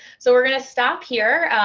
so we're going to stop here.